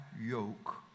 yoke